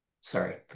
Sorry